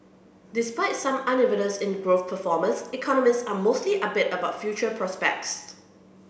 despite some unevenness in growth performance economists are mostly upbeat about future prospects